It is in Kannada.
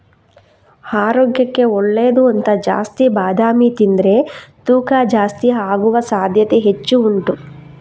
ಆರೋಗ್ಯಕ್ಕೆ ಒಳ್ಳೇದು ಅಂತ ಜಾಸ್ತಿ ಬಾದಾಮಿ ತಿಂದ್ರೆ ತೂಕ ಜಾಸ್ತಿ ಆಗುವ ಸಾಧ್ಯತೆ ಹೆಚ್ಚು ಉಂಟು